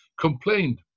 complained